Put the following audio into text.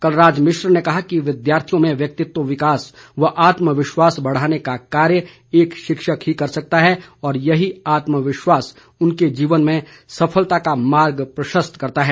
कलराज मिश्र ने कहा कि विद्यार्थियों में व्यक्तित्व विकास व आत्म विश्वाास बढ़ाने का कार्य एक शिक्षक ही कर सकता है और यही आत्म विश्वास उनके जीवन में सफलता का मार्ग प्रशस्त करता है